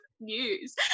news